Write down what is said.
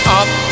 up